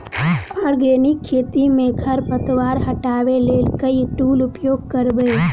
Organic खेती मे खरपतवार हटाबै लेल केँ टूल उपयोग करबै?